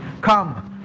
Come